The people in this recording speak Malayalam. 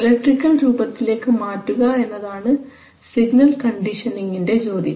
ഇലക്ട്രിക്കൽ രൂപത്തിലേക്ക് മാറ്റുക എന്നതാണ് സിഗ്നൽ കണ്ടീഷനിംഗ്ൻറെ ജോലി